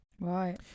Right